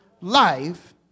life